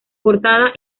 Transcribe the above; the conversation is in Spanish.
portada